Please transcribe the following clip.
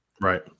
Right